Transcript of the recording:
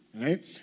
right